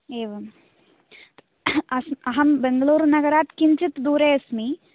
एवम् अहं बेङ्गलूरु नगरात् किञ्चित् दूरे अस्मि